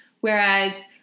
Whereas